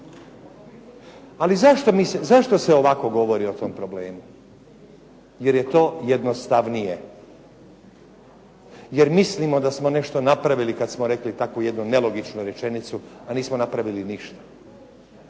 Ali zašto se ovako govori o tom problemu? Jer je to jednostavnije, jer mislimo da smo nešto napravili kad smo rekli takvu jednu nelogičnu rečenicu, a nismo napravili ništa.